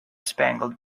spangled